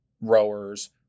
rowers